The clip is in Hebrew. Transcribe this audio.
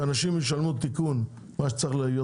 שאנשים ישלמו תיקון כמו מה שצריך להיות